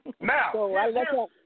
Now